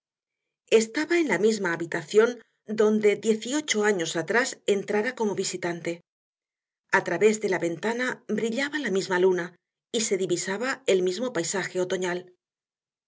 estaba en la misma habitación donde dieciocho años atrás entrara como visitante a través de la ventana brillaba la misma luna y se divisaba el mismo paisaje otoñal